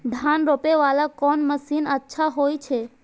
धान रोपे वाला कोन मशीन अच्छा होय छे?